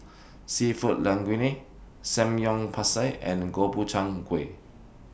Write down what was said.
Seafood Linguine Samgyeopsal and Gobchang Gui